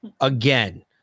again